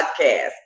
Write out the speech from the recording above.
podcast